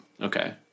Okay